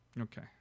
Okay